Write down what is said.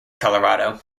colorado